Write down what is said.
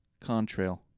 contrail